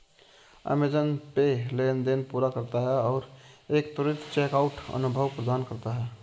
Amazon पे लेनदेन पूरा करता है और एक त्वरित चेकआउट अनुभव प्रदान करता है